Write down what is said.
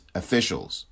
officials